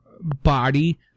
body